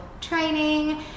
training